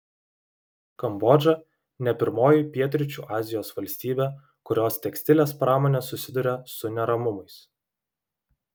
kambodža ne pirmoji pietryčių azijos valstybė kurios tekstilės pramonė susiduria su neramumais